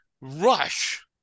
rush